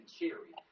Cherry